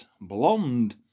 Blonde